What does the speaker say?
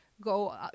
go